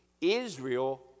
Israel